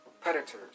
predators